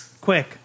Quick